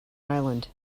island